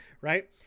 right